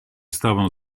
stavano